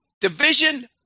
division